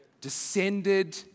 descended